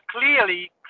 clearly